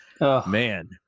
man